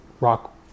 rock